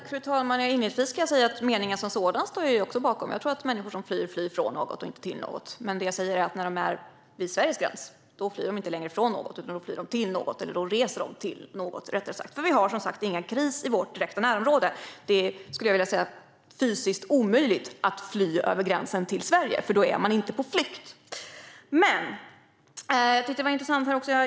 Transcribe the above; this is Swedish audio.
Fru talman! Inledningsvis ska jag säga att vi också står bakom meningen som sådan. Jag tror att de människor som flyr gör det från något, inte till något. Men när de är vid Sveriges gräns flyr de inte längre från något utan till något, eller då reser de till något, rättare sagt. Vi har ingen kris i vårt direkta närområde, och det är fysiskt omöjligt att fly över gränsen till Sverige, för då är man inte på flykt.